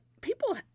people